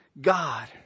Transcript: God